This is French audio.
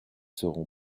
seront